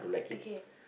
okay